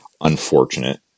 unfortunate